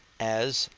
as,